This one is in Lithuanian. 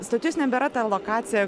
stotis nebėra ta lokacija